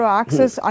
access